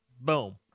Boom